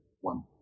one